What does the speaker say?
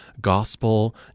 gospel